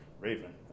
raven